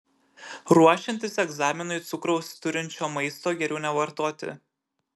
ruošiantis egzaminui cukraus turinčio maisto geriau nevartoti